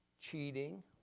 cheating